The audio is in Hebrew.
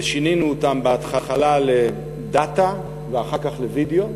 ושינינו אותן בהתחלה לדאטה ואחר כך לווידיאו,